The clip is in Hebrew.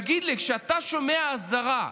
תגיד לי, כשאתה שומע אזהרה,